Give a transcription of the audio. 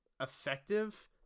effective